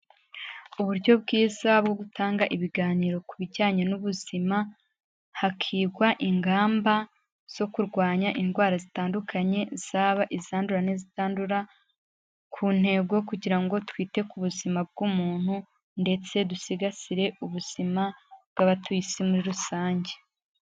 Uburyo bwiza bwo gutanga ibiganiro ku bijyanye n'ubuzima, hakigwa ingamba zo kurwanya indwara zitandukanye, zaba izandura n'izitandura, ku ntego kugira ngo twite ku buzima bw'umuntu ndetse dusigasire ubuzima bw'abatuye isi muri rusange.